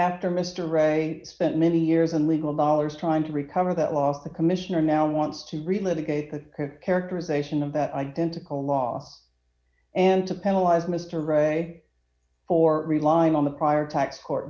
after mr ray spent many years in legal dollars trying to recover that loss the commissioner now wants to read litigate the characterization of that identical loss and to penalize mr ray for relying on the prior tax court